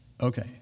Okay